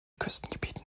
küstengebieten